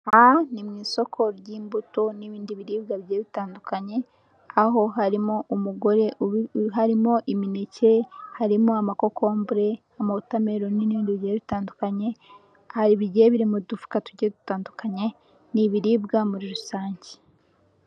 Aha ni mu isoko ry'imbuto n'ibindi biribwa bigiye bitandukanye, aho harimo umugore, harimo imineke, harimo amakokombure, amawotameloni n'ibindi bigiye bitandukanye, hari ibigiye biri mu dufuka tugiye dutandukanye n'ibiribwa muri rusange.